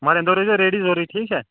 مگر ییٚمہِ دۄہ روٗزٮ۪و ریڈی ضروٗری ٹھیٖک چھا